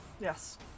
Yes